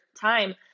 time